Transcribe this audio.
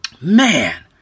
man